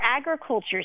agriculture